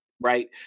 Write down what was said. Right